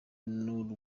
n’u